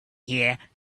here